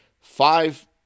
Five